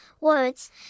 words